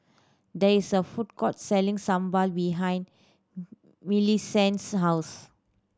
there is a food court selling sambal behind Millicent's house